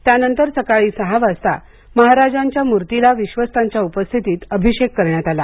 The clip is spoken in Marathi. त्यानंतर सकाळी सहा वाजता महाराजांच्या मूर्तीला विश्वस्तांच्या उपस्थितीत अभिषेक करण्यात आला